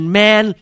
man